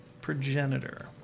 progenitor